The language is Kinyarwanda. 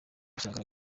gushyira